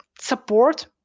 support